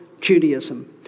Judaism